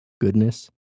goodness